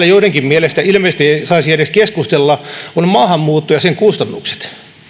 joidenkin mielestä ei saisi edes keskustella on maahanmuutto ja sen kustannukset